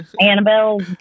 Annabelle